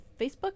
facebook